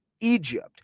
Egypt